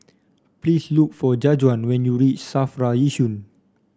please look for Jajuan when you reach Safra Yishun